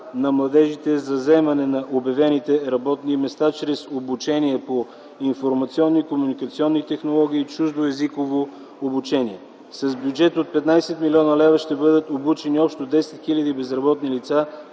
на младежите за заемане на обявените работни места чрез обучение по информационни, комуникационни технологии и чуждоезиково обучение. С бюджет от 15 млн. лв. ще бъдат обучени общо 10 000 безработни лица